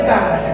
God